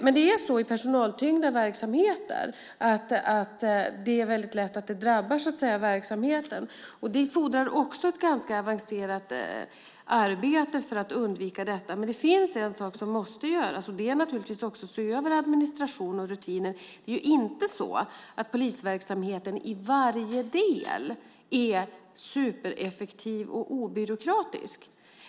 Men det är så i personaltyngda verksamheter, att det är väldigt lätt att det så att säga drabbar verksamheten. Det fordras också ett ganska avancerat arbete för att undvika detta. Men det finns en sak som måste göras, och det är naturligtvis att se över administration och rutiner. Det är inte så att polisverksamheten i varje del är supereffektiv och obyråkratisk.